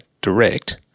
direct